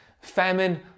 famine